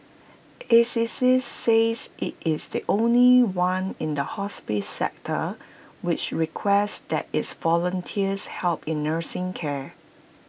Assisi says IT is the only one in the hospice sector which requests that its volunteers help in nursing care